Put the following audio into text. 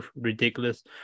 ridiculous